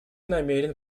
намерен